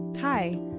Hi